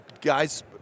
guys